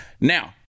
Now